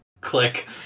Click